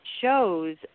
shows